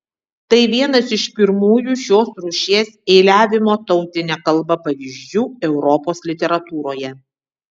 tai vienas iš pirmųjų šios rūšies eiliavimo tautine kalba pavyzdžių europos literatūroje